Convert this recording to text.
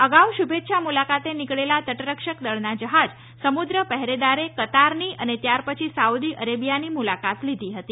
અગાઉ શુભેચ્છા મુલાકાતે નીકળેલા તટરક્ષકદળના જ્યાજ સમુદ્ર પહરેદારે કતારની અને ત્યાર પછી સાઉદી અરેબિયાની મુલાકાત લીધી હતી